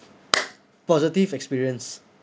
positive experience